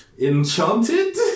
enchanted